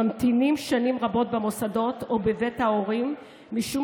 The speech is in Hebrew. ממתינים שנים רבות במוסדות או בבית ההורים משום